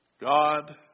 God